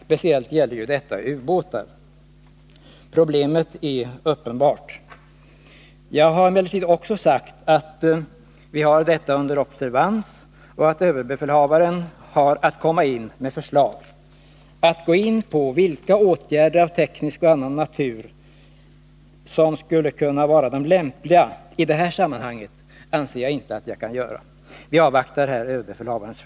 Speciellt gäller detta ubåtar. Problemet är uppenbart. Jag har emellertid också sagt att vi har detta under observation och att överbefälhavaren har att komma med förslag. Att gå in på vilka åtgärder av teknisk och annan natur som skulle kunna vara lämpliga i sammanhanget anser jag mig inte kunna göra. Vi avvaktar Nr 25